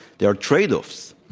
there are trade-offs.